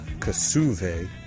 Kasuve